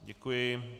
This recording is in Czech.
Děkuji.